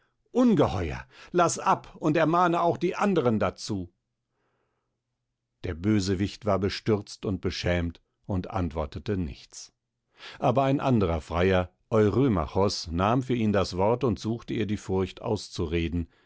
ungeheuer laß ab und ermahne auch die andern dazu der bösewicht war bestürzt und beschämt und antwortete nichts aber ein anderer freier eurymachos nahm für ihn das wort und suchte ihr die furcht auszureden